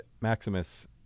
Maximus